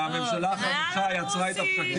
זה הממשלה החדשה יצרה את הפקקים.